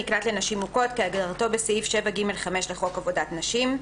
"מקלט לנשים מוכות" כהגדרתו בסעיף 7(ג)(5) לחוק עבודת נשים.